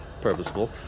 purposeful